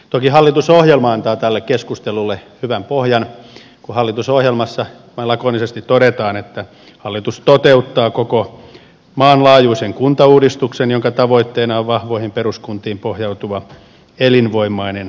toki hallitusohjelma antaa tälle keskustelulle hyvän pohjan kun hallitusohjelmassa vain lakonisesti todetaan että hallitus toteuttaa koko maan laajuisen kuntauudistuksen jonka tavoitteena on vahvoihin peruskuntiin pohjautuva elinvoimainen kuntarakenne